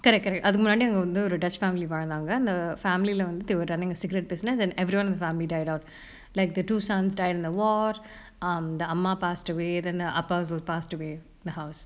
correct correct அது முன்னாடி அங்க வந்து ஒரு:athu munnadi anga vanthu oru dutch family வாழ்ந்தாங்க அந்த:valnthanga antha family lah வந்து:vanthu they were running a cigarette business and everyone in family died out like the two sons die in the war um the அம்மா:amma passed away then the அப்பா:appa also pass away in the house